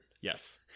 Yes